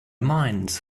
mines